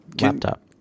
laptop